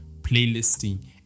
playlisting